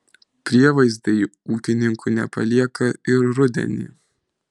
prievaizdai ūkininkų nepalieka ir rudenį